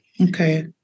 Okay